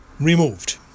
removed